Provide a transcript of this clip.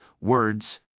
words